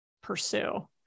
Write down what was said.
pursue